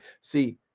See